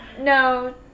No